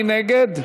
מי נגד?